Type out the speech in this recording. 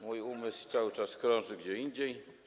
mój umysł cały czas krąży gdzie indziej.